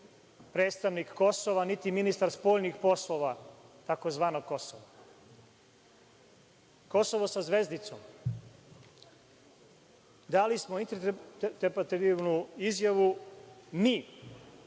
predstavnik Kosova, niti ministar spoljnih poslova tzv. Kosova. Kosovo sa zvezdicom, dali smo interpretativnu izjavu mi